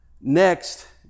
next